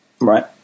Right